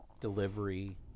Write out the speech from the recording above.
delivery